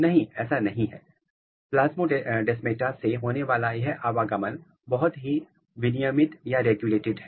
नहीं ऐसा नहीं है प्लास्मोडेमाटा से होने वाला यह आवागमन बहुत ही विनियमित है